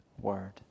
Word